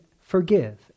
forgive